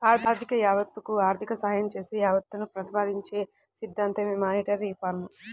ఆర్థిక యావత్తకు ఆర్థిక సాయం చేసే యావత్తును ప్రతిపాదించే సిద్ధాంతమే మానిటరీ రిఫార్మ్